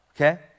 Okay